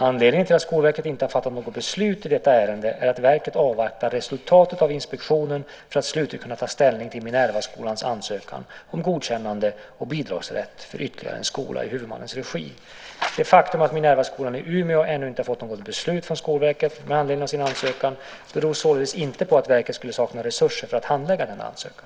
Anledningen till att Skolverket inte har fattat något beslut i detta ärende är att verket avvaktar resultatet av inspektionen för att slutligt kunna ta ställning till Minervaskolans ansökan om godkännande och bidragsrätt för ytterligare en skola i huvudmannens regi. Det faktum att Minervaskolan i Umeå AB ännu inte har fått något beslut från Skolverket med anledning av sin ansökan beror således inte på att verket skulle sakna resurser för att handlägga denna ansökan.